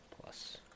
plus